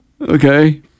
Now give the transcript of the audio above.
Okay